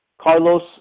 Carlos